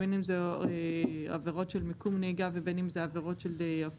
בין אם זה עבירות של מיקום נהיגה ובין אם זה עבירות של אוזניות,